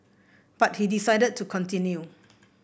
but he decided to continue